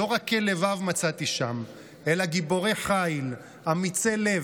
לא רכי לבב מצאתי שם אלא גיבורי חיל, אמיצי לב,